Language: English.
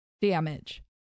damage